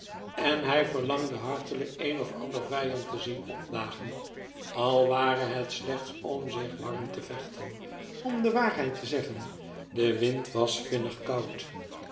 en hij verlangde hartelyk een of ander vijand te zie'n opdagen al ware het slechts om zich warm te vecbten om de waarheid te zeggen de wind was vinnig koud